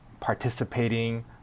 participating